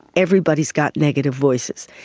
everybody has got negative voices.